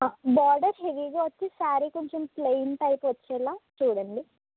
border హెవీగా వచ్చి శారీ కొంచెం ప్లైన్ టైప్ వచ్చేలా చూడండి